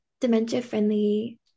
dementia-friendly